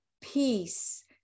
peace